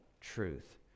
truth